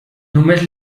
només